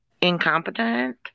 incompetent